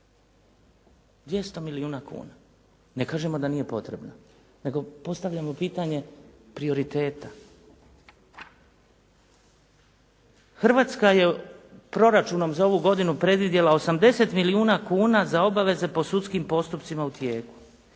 200 milijuna kuna. Ne kažemo da nije potrebna, nego postavljamo pitanje prioriteta. Hrvatska je proračunom za ovu godinu predvidjela 80 milijuna kuna za obave po sudskim postupcima u tijeku,